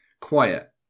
quiet